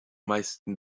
meisten